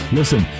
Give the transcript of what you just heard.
listen